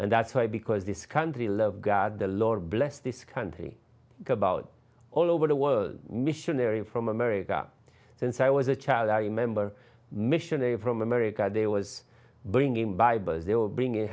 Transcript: and that's why because this country love god the lord bless this country about all over the world missionary from america since i was a child i remember missionary from america they was bringing bibles they were bringing